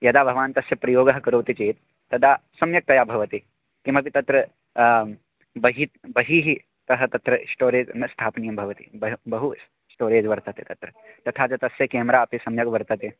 यदा भवान् तस्य प्रयोगं करोति चेत् तदा सम्यक्तया भवति किमपि तत्र बहिः बहिः तः तत्र स्टोरेज् न स्थापनीयं भवति ब बहु स्टोरेज् वर्तते तत्र तथा च तस्य केमर अपि सम्यक् वर्तते